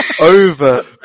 Over